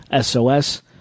SOS